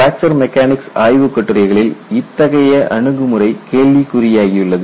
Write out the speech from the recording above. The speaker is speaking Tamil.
பிராக்சர் மெக்கானிக்ஸ் ஆய்வுக் கட்டுரைகளில் இத்தகைய அணுகுமுறை கேள்விக்குறியாகியுள்ளது